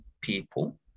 people